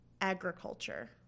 agriculture